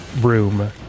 room